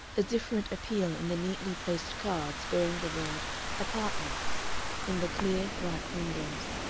a different appeal in the neatly placed cards bearing the word apartments in the clear bright windows.